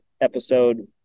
episode